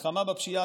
מלחמה בפשיעה,